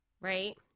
right